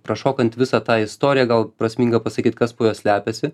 prašokant visą tą istoriją gal prasminga pasakyt kas po juo slepiasi